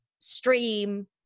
stream